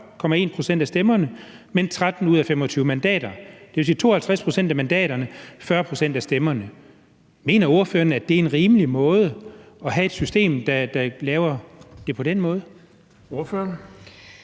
pct. af stemmerne, men 13 ud af 25 mandater. Det vil sige 52 pct. af mandaterne, men 40 pct. af stemmerne. Mener ordføreren, at det er en rimelig måde – at have et system, der laver det på den måde? Kl.